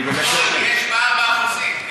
יש פער באחוזים.